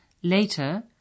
later